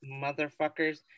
motherfuckers